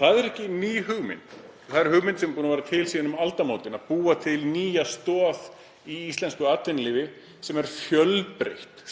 Það er ekki ný hugmynd. Það er hugmynd sem hefur verið til frá því um aldamótin, að búa til nýja stoð í íslensku atvinnulífi sem er fjölbreytt.